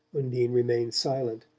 undine remained silent.